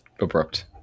abrupt